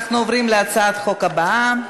אנחנו עוברים להצעת החוק הבאה: